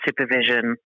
supervision